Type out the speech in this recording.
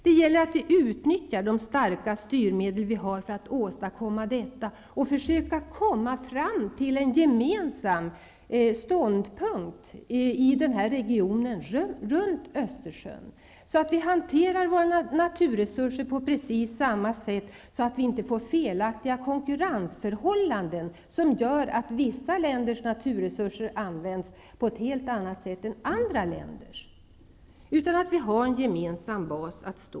Det gäller att vi utnyttjar de starka styrmedel vi har för att åstadkomma detta och försöka komma fram till en gemensam ståndpunkt i frågor som rör denna region, så att vi hanterar våra naturresurser på precis samma sätt och inte får felaktiga konkurrensförhållanden, som gör att vissa länders naturresurser används på ett helt annat sätt än andra länders, utan att vi står på en gemensam bas.